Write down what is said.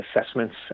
assessments